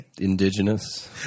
indigenous